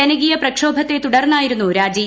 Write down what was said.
ജനകീയ പ്രക്ഷോഭത്തെ തുടർന്നായിരുന്നു രാജി